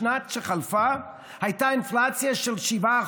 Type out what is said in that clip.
בשנה שחלפה הייתה אינפלציה של 7%,